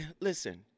listen